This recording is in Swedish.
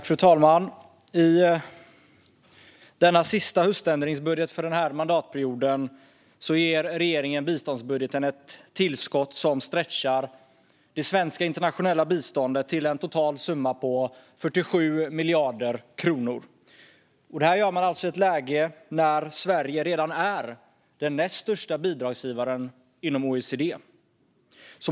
Fru talman! I denna sista höständringbudget för den här mandatperioden ger regeringen biståndsbudgeten ett tillskott som stretchar det svenska internationella biståndet till en total summa på 47 miljarder kronor. Det gör man i ett läge då Sverige redan är den näst största bidragsgivaren inom OECD.